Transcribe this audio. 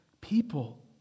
people